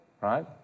right